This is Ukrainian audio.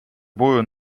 бою